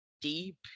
deep